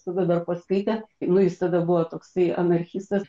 tada dar paskaitė nu jis tada buvo toksai anarchistas